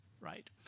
right